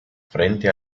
frente